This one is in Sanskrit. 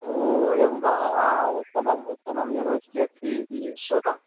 ओ एवं वा उत्तमम् उत्तमं यूनिवर्सिटि अस्ति इति श्रुतं